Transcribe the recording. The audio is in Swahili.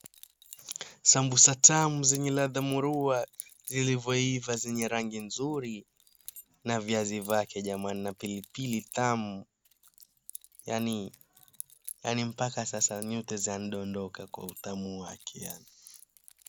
Sambusa tamu zenye ladha murua zilivyoiva zenye rangi nzuri na viazi vyake jamani na pilipili tamu yaani yaani mpaka sasa nyute zanidondoka kwa utamu wake yani.